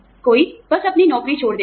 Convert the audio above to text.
कोई बस अपनी नौकरी छोड़ देता है